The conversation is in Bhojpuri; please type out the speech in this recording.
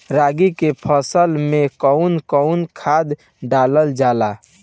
रागी के फसल मे कउन कउन खाद डालल जाला?